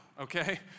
okay